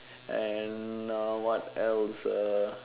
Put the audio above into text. and uh what else ah